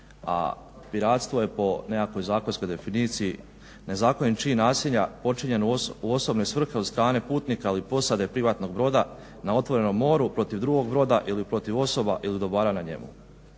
a piratstvo je po nekakvoj zakonskoj definiciji nezakonit čin nasilja počinjen u osobne svrhe od strane putnika ili posade privatnog broda na otvorenom moru, protiv drugog broda ili protiv osoba ili dobara na njegu.